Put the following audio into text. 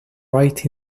right